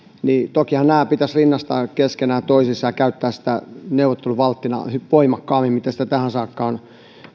tokihan nämä pitäisi rinnastaa keskenään toisiinsa ja käyttää sitä neuvotteluvalttina voimakkaammin kuin sitä tähän saakka on